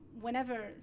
whenever